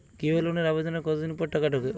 গৃহ লোনের আবেদনের কতদিন পর টাকা ঢোকে?